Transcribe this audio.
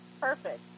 Perfect